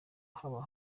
haba